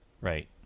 right